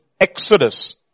exodus